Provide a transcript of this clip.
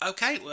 Okay